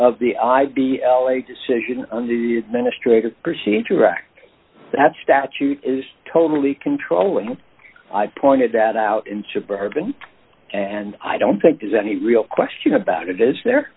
of the i'd be a decision on the ministre to proceed to wreck that statute is totally controlling i pointed that out in suburban and i don't think there's any real question about it is there